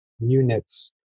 units